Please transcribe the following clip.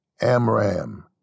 Amram